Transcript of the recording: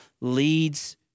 leads